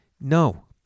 No